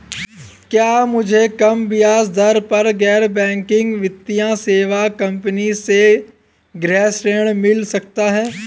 क्या मुझे कम ब्याज दर पर गैर बैंकिंग वित्तीय सेवा कंपनी से गृह ऋण मिल सकता है?